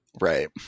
Right